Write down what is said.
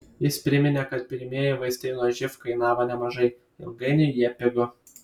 jis priminė kad pirmieji vaistai nuo živ kainavo nemažai ilgainiui jie pigo